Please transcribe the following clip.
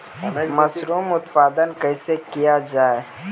Mushroom उत्पादन कैसे किया जाय?